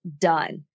done